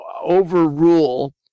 Overrule